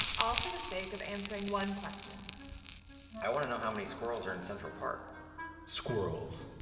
all for the sake of answering one question i want to know how many squirrels are in central park squirrels.